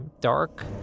dark